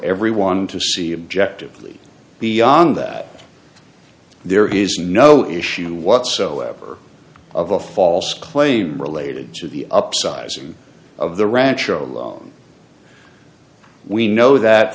everyone to see objective beyond that there is no issue whatsoever of a false claim related to the upsizing of the rancher alone we know that